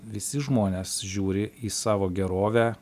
visi žmonės žiūri į savo gerovę